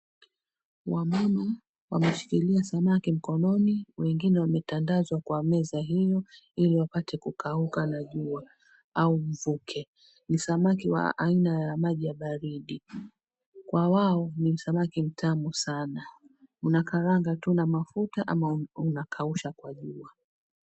Wamama wameshikilia samaki mkononi. Wengine wametandazwa kwa meza hiyo ili wapate kukauka na jua au mvuke. Ni samaki wa aina ya maji ya baridi. Kwa wao, ni samaki mtamu sana. Unakaranga tu na mafuta ama unakausha kwa jua.